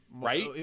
Right